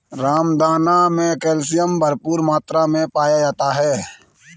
रामदाना मे कैल्शियम भरपूर मात्रा मे पाया जाता है